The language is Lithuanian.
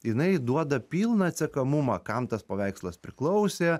jinai duoda pilną atsekamumą kam tas paveikslas priklausė